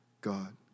God